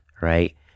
Right